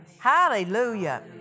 Hallelujah